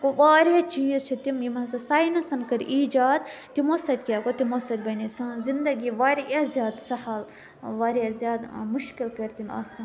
گوٚو واریاہ چیٖز چھِ تِم یِم ہَسا ساینَسَن کٔرۍ ایٖجاد تِمو سۭتۍ کیٚاہ گوٚو تِمو سۭتۍ بَنے سان زِنٛدگی واریاہ زیادٕ سَہل واریاہ زیادٕ مُشکِل کٔرۍ تٔمۍ آسان